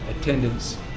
attendance